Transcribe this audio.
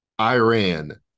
Iran